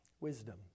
wisdom